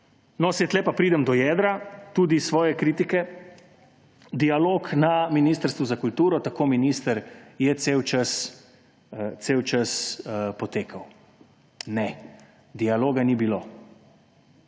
no, saj tu pa pridem do tudi jedra svoje kritike. Dialog na Ministrstvu za kulturo, tako minister, je cel čas potekal. Ne, dialoga ni bilo!